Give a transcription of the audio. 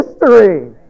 history